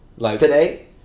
Today